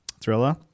Thriller